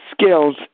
skills